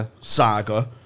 Saga